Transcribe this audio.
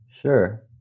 Sure